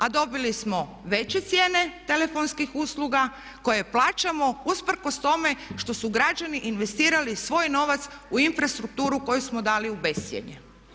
A dobili smo veće cijene telefonskih usluga koje plaćamo usprkos tome što su građani investirali svoj novac u infrastrukturu koju smo dali u bescjenje.